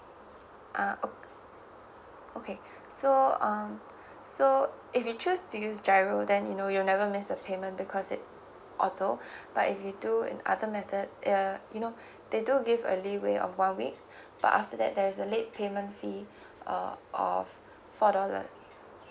ah ok~ okay so um so if you choose to use G_I_R_O then you know you'll never miss the payment because it's auto but if you do in other methods uh you know they do give a leeway of one week but after that there's a late payment fee uh of four dollar